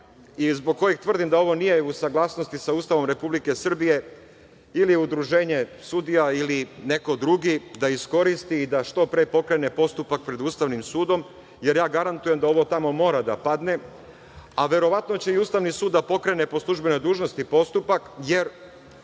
i zbog kojih tvrdim da ovo nije u saglasnosti sa Ustavom Republike Srbije ili udruženje sudija ili neko drugi da iskoristi i da što pre pokrene postupak pred Ustavnim sudom, jer garantujem da ovo tamo mora da podne, a verovatno će i Ustavni sud da pokrene po službenoj dužnosti postupak, jer